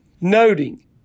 noting